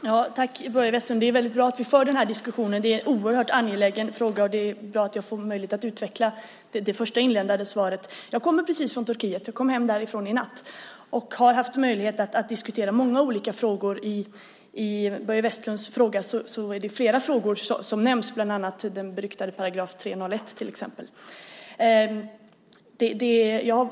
Herr talman! Börje Vestlund, det är väldigt bra att vi för den här diskussionen. Det är en oerhört angelägen fråga, och det är bra att jag får möjlighet att utveckla det första inledande svaret. Jag kommer precis från Turkiet. Jag kom hem därifrån i natt och har haft möjlighet att diskutera många olika frågor. I Börje Vestlunds fråga är det flera frågor som nämns, den beryktade § 301 till exempel.